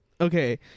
okay